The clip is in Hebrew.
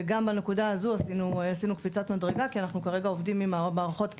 וגם בנקודה הזו עשינו קפיצת מדרגה כי אנחנו כרגע עובדים עם מערכות קשר,